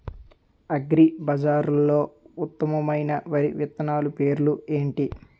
అగ్రిబజార్లో ఉత్తమమైన వరి విత్తనాలు పేర్లు ఏంటి?